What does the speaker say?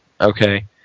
okay